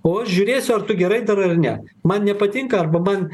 o aš žiūrėsiu ar tu gerai darai ar ne man nepatinka arba man